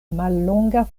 mallonga